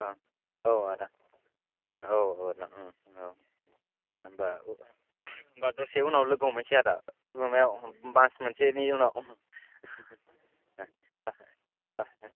ओं औ आदा औ औ दं औ होनबा दसे उनाव लोगो हमहैसै आदा माबायाव मास मोनसेनि उनाव